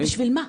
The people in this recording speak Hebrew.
אבל בשביל מה?